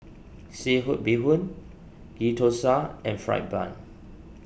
Seafood Bee Hoon Ghee Thosai and Fried Bun